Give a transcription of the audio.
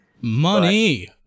Money